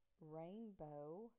rainbow